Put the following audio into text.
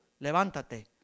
levántate